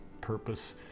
purpose